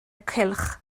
cylch